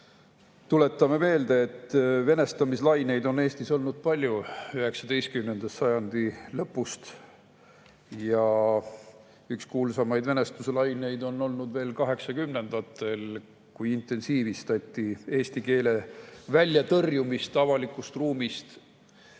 Tuletame meelde, et venestamislaineid on Eestis olnud palju, [sealhulgas] 19. sajandi lõpus. Üks kuulsamaid venestamislaineid oli veel 1980‑ndatel, kui intensiivistati eesti keele väljatõrjumist avalikust ruumist